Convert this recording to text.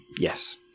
Yes